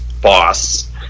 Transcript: boss